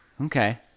Okay